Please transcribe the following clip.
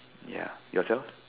ya yourself